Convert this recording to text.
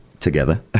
Together